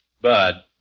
Bud